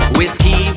Whiskey